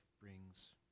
brings